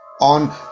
on